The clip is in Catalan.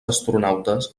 astronautes